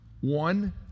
One